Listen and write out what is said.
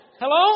Hello